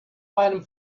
meinem